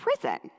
prison